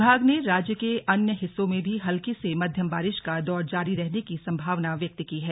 विभाग ने राज्य के अन्य हिस्सों में भी हल्की से मध्यम बारिश का दौर जारी रहने की संभावना व्यक्त की है